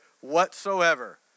whatsoever